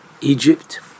Egypt